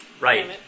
Right